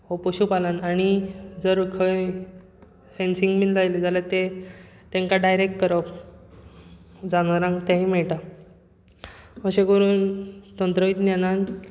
हो पशुपालन आनी जर खंय फॅन्सींग बीन लायली जाल्यार ते तांकां डायरेक्ट करप जानवरांक तेंवूय मेळटा अशें करून तंत्रविज्ञानांत